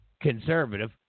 conservative